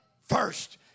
first